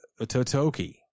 Totoki